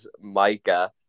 micah